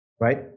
Right